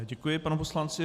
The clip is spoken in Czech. Já děkuji panu poslanci.